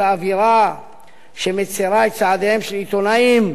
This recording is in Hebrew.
האווירה שמצרה את צעדיהם של עיתונאים,